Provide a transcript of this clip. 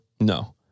No